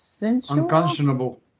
unconscionable